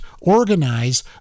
organize